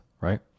right